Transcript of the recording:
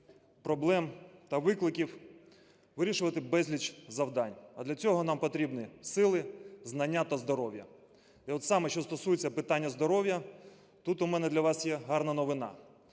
проблем та викликів, вирішувати безліч завдань, а для цього нам потрібні сили, знання та здоров'я. І от саме що стосується питання здоров'я, тут у мене для вас є гарна новина.